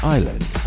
Island